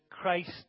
Christ